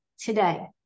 today